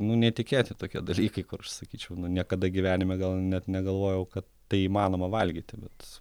nu netikėti tokie dalykai kur aš sakyčiau nu niekada gyvenime gal net negalvojau kad tai įmanoma valgyti bet